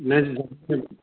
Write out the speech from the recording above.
ਨਹੀਂ ਜੀ ਨਹੀਂ